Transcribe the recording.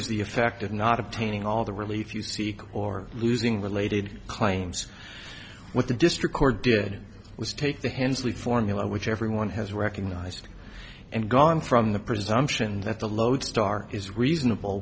of not obtaining all the relief you seek or losing related claims with the district court did was take the hensley formula which everyone has recognized and gone from the presumption that the lodestar is reasonable